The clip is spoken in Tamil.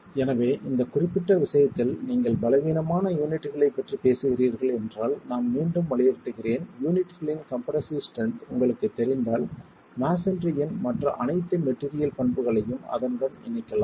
எனவே இந்த குறிப்பிட்ட விஷயத்தில் நீங்கள் பலவீனமான யூனிட்களைப் பற்றி பேசுகிறீர்கள் என்றால் நான் மீண்டும் வலியுறுத்துகிறேன் யூனிட்களின் கம்ப்ரெஸ்ஸிவ் ஸ்ட்ரென்த் உங்களுக்குத் தெரிந்தால் மஸோன்றியின் மற்ற அனைத்து மெட்டீரியல் பண்புகளையும் அதனுடன் இணைக்கலாம்